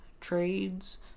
trades